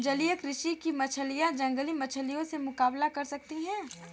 जलीय कृषि की मछलियां जंगली मछलियों से मुकाबला कर सकती हैं